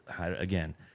again